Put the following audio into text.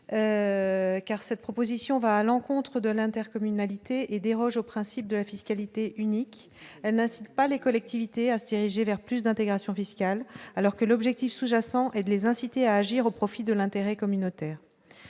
Car cette proposition va à l'encontre de l'intercommunalité et déroge au principe de la fiscalité unique n'incite pas les collectivités assiégée vers plus d'intégration fiscale alors que l'objectif sous-jacent, et de les inciter à agir au profit de l'intérêt communautaire.